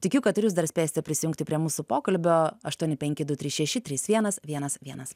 tikiu kad ir jūs dar spėsite prisijungti prie mūsų pokalbio aštuoni penki du trys šeši trys vienas vienas vienas